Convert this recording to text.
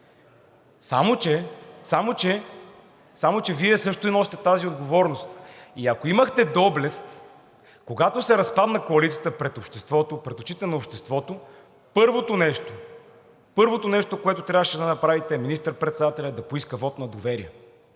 като квалификация „гнусно“. Само че Вие също я носите тази отговорност и ако имахте доблест, когато се разпадна коалицията пред очите на обществото, първото нещо, първото нещо, което трябваше да направите, е министър-председателят да поиска вот на доверие,